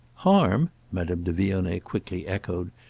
harm? madame de vionnet quickly echoed.